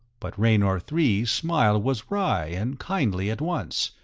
but raynor three's smile was wry and kindly at once,